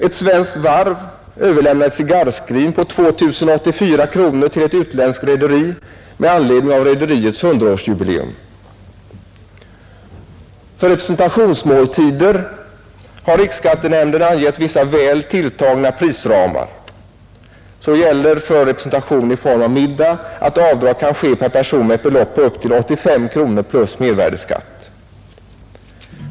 Ett svenskt varv överlämnar ett cigarrskrin för 2084 kronor till ett utländskt rederi med anledning av rederiets hundraårsjubileum. För representationsmåltider har riksskattenämnden angett vissa väl tilltagna prisramar. Sålunda gäller för representation i form av middag att avdrag kan ske per person med ett belopp upp till 85 kronor plus mervärdeskatt.